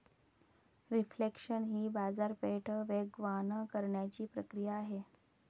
reflation ही बाजारपेठ वेगवान करण्याची प्रक्रिया आहे